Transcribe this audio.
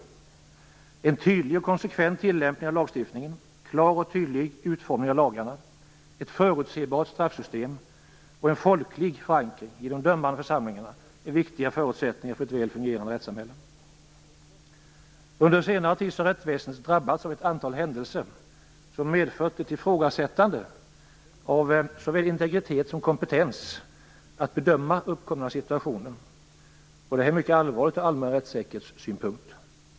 En tydlig och konsekvent tillämpning av lagstiftningen, klar och tydlig utformning av lagarna, ett förutsebart straffsystem och en folklig förankring i de dömande församlingarna är viktiga förutsättningar för ett väl fungerande rättssamhälle. Under senare tid har rättsväsendet drabbats av ett antal händelser som medfört ett ifrågasättande av såväl integritet som kompetens att bedöma uppkomna situationer. Det är mycket allvarligt ur allmän rättssäkerhetssynpunkt.